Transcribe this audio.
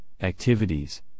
activities